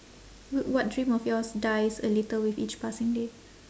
w~ what dream of yours dies a little with each passing day